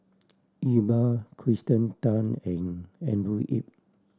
Iqbal Kirsten Tan and Andrew Yip